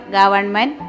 government